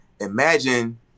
imagine